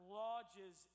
lodges